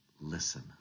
listen